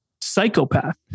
psychopath